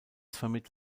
von